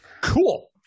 Cool